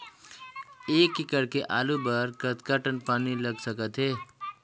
एक एकड़ के आलू बर कतका टन पानी लाग सकथे?